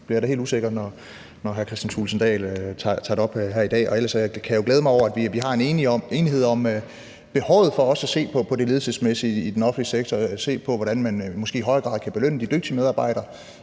jeg da helt usikker, når hr. Kristian Thulesen Dahl tager det op her i dag. Ellers kan jeg jo glæde mig over, at vi har en enighed om behovet for også at se på det ledelsesmæssige i den offentlige sektor og se på, hvordan man måske i højere grad kan belønne de dygtige medarbejdere,